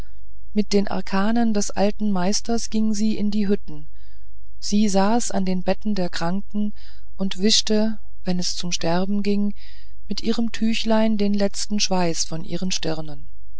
mit den arkanen des alten meisters ging sie in die hütten sie saß an den betten der kranken und wischte wenn es zum sterben ging mit ihrem tüchlein den letzten schweiß von ihren stirnen